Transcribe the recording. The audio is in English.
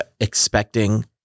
expecting